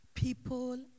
People